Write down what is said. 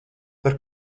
par